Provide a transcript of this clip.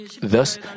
Thus